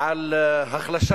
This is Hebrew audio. תלונות